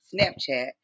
Snapchat